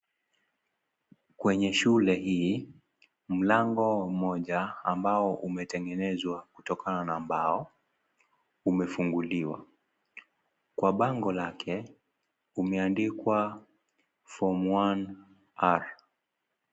Kwenye shule hii, mlango mmoja, ambao umetengenezwa kutokana na mbao. Umefungiwa. Kwa bango lake, umeandikwa , form 1R .